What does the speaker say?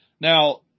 now